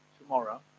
tomorrow